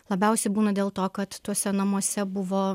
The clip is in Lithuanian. labiausiai būna dėl to kad tuose namuose buvo